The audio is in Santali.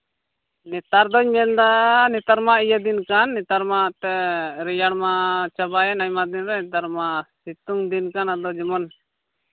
ᱱᱮᱛᱟᱨ ᱫᱚᱧ ᱢᱮᱱᱫᱟ ᱱᱮᱛᱟᱨ ᱢᱟ ᱤᱭᱟᱹ ᱫᱤᱱ ᱠᱟᱱ ᱱᱮᱛᱟᱨ ᱢᱟ ᱨᱮᱭᱟᱲ ᱢᱟ ᱪᱟᱵᱟᱭᱮᱱ ᱟᱭᱢᱟ ᱫᱤᱱ ᱨᱮ ᱱᱮᱛᱟᱨ ᱢᱟ ᱥᱤᱛᱩᱝ ᱫᱤᱱ ᱠᱟᱱ ᱟᱫᱚ ᱡᱮᱢᱚᱱ